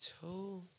Two